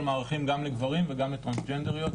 מערכים גם לגברים וגם לטרנסג'נדריות.